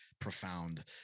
profound